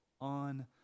on